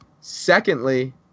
Secondly